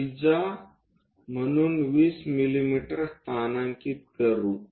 त्रिज्या म्हणून 20 मिमी स्थानांकित करू